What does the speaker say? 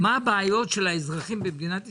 מה הבעיות של האזרחים במדינת ישראל,